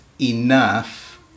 enough